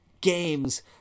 games